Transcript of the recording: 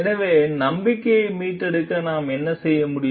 எனவே நம்பிக்கையை மீட்டெடுக்க நாம் என்ன செய்ய முடியும்